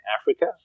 Africa